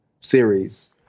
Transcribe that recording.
series